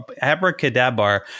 Abracadabra